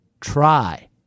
try